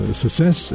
success